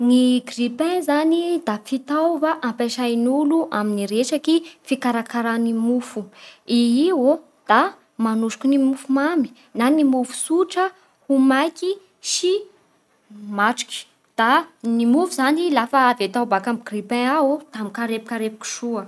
Ny grille-pain zany da fitaova ampiasain'olo amin'ny resaky fikarakarany mofo. I iô da manosiky ny mofo mamy na ny mofo tsotra ho maiky sy matroky; da ny mofo zany lafa avy atao baka amin'ny grille-pain aô da mikarepokarepoky soa.